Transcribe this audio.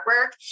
work